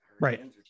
right